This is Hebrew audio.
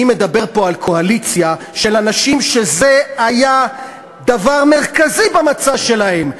אני מדבר פה על קואליציה של אנשים שזה היה דבר מרכזי במצע שלהם,